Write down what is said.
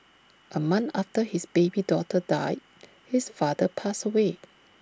A month after his baby daughter died his father passed away